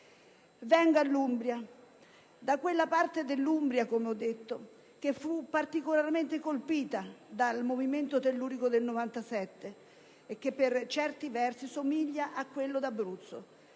all'Umbria, a quella parte dell'Umbria - come ho detto - che fu particolarmente colpita dal movimento tellurico del 1997 e che, per certi versi, somiglia a quello d'Abruzzo.